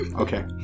Okay